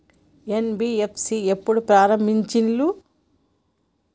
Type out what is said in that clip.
NBFC ఎప్పుడు ప్రారంభించిల్లు?